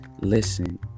listen